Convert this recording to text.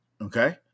Okay